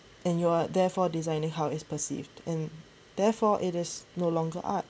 and you're therefore designing how it perceived and therefore it is no longer art